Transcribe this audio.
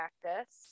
practice